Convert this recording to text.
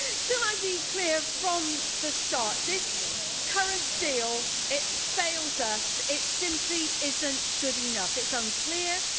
can i be clear from the start? this current deal it fails us, it simply isn't good enough. it's unclear,